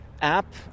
app